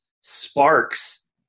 sparks